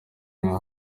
nta